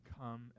come